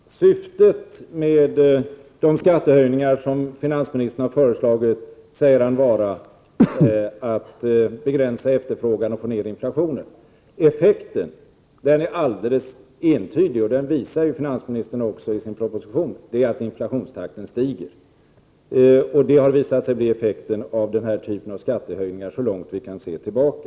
Herr talman! Syftet med de skattehöjningar som finansministern har föreslagit säger han vara att begränsa efterfrågan och få ned inflationen. Effekten är alldeles entydig, och den visar finansministern också i sin proposition, nämligen att inflationstakten stiger. Det har visat sig bli effekten av den här typen av skattehöjningar så långt vi kan se tillbaka.